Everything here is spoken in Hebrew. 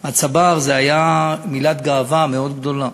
"צבר" הייתה מילת גאווה מאוד גדולה.